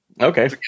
Okay